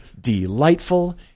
Delightful